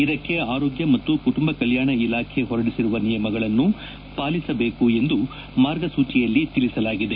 ಇದಕ್ಕೆ ಆರೋಗ್ಯ ಮತ್ತು ಕುಟುಂಬ ಕಲ್ಯಾಣ ಇಲಾಖೆ ಹೊರಡಿಸಿರುವ ನಿಯಮಗಳನ್ನು ಪಾಲಿಸಬೇಕು ಎಂದು ಮಾರ್ಗಸೂಚಿಯಲ್ಲಿ ತಿಳಿಸಲಾಗಿದೆ